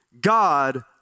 God